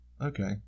okay